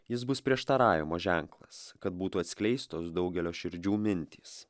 jis bus prieštaravimo ženklas kad būtų atskleistos daugelio širdžių mintys